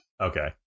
okay